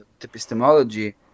epistemology